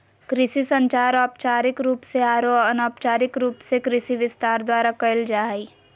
कृषि संचार औपचारिक रूप से आरो अनौपचारिक रूप से कृषि विस्तार द्वारा कयल जा हइ